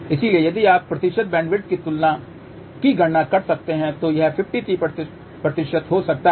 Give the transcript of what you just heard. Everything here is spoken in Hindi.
इसलिए यदि आप प्रतिशत बैंडविड्थ की गणना कर सकते हैं तो यह 53 हो सकता है